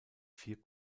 vier